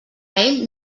ell